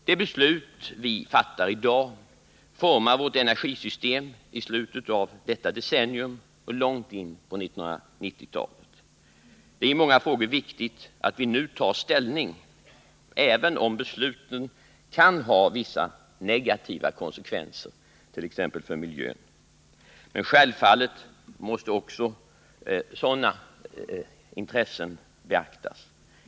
De beslut vi fattar i dag formar vårt energisystem i slutet av detta decennium och långt in på 1990-talet. Det är i många frågor viktigt att vi nu tar ställning, även om besluten kan ha vissa negativa konsekvenser, t.ex. för miljön. Självfallet måste emellertid också sådana intressen beaktas.